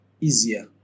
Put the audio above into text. easier